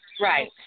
right